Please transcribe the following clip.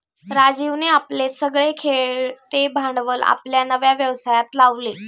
राजीवने आपले सगळे खेळते भांडवल आपल्या नव्या व्यवसायात लावले